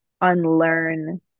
unlearn